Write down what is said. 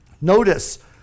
Notice